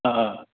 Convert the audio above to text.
ओहो